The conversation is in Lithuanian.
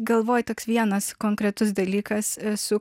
galvoje toks vienas konkretus dalykas esu